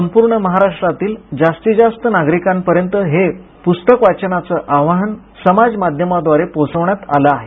संपूर्ण महाराष्ट्रातील जास्तीतजास्त नागरिकांपर्यंत हे पुस्तक वाचनाचं आवाहान समाजमाध्यमांद्वारे पोहोचवण्यात आलं आहे